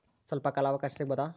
ಸ್ವಲ್ಪ ಕಾಲ ಅವಕಾಶ ಸಿಗಬಹುದಾ?